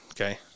okay